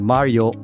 Mario